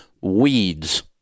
Weeds